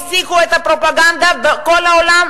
הפסיקו את הפרופגנדה בכל העולם?